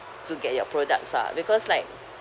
to get your products ah because like